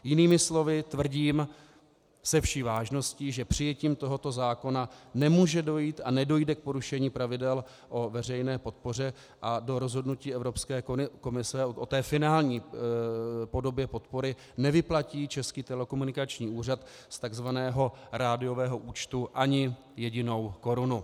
Jinými slovy, tvrdím se vší vážností, že přijetím tohoto zákona nemůže dojít a nedojde k porušení pravidel o veřejné podpoře a do rozhodnutí Evropské komise o finální podobě podpory nevyplatí Český telekomunikační úřad z takzvaného rádiového účtu ani jedinou korunu.